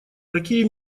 какие